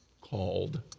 called